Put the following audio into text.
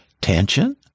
Tension